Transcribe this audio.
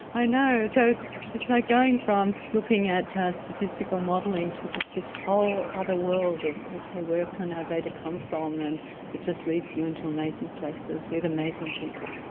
i know! so it's it's like going from looking at ah statistical modelling to just this whole other world of, okay, where can our data come from? and it just leaves you into amazing places with amazing people.